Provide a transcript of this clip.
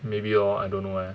maybe lor I don't know leh